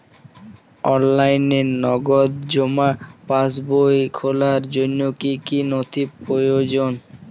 অনলাইনে নগদ জমা পাসবই খোলার জন্য কী কী নথি প্রয়োজন?